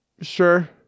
Sure